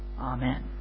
Amen